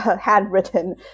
handwritten